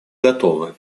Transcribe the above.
готовы